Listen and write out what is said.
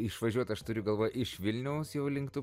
išvažiuot aš turiu galvoje iš vilniaus jau link tų